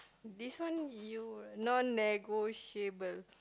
this one you non-negotiable